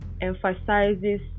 emphasizes